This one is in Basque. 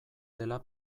dela